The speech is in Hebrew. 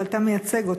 אבל אתה מייצג אותו,